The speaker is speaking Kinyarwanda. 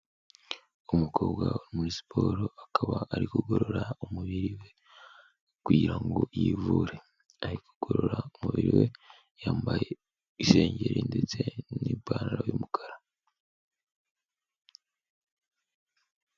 Umukobwa uri muri siporo akaba ari kugorora umubiri we kugira ngo yivure, ari kugorora umubiri we, yambaye isengeri ndetse n'ipantaro y'umukara.